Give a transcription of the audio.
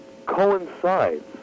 coincides